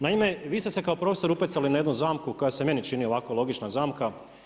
Naime, vi ste se kao profesor upecali kao jednu zamku koja se meni čini ovako logična zamka.